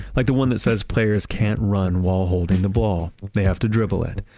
like the one that says players can't run while holding the ball. they have to dribble it.